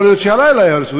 יכול להיות שהלילה יהרסו,